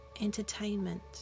entertainment